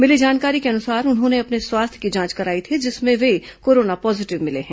मिली जानकारी के अनुसार उन्होंने अपने स्वास्थ्य की जांच कराई थी जिसमें वे कोरोना पॉजीटिव मिले हैं